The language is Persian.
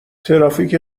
ترافیک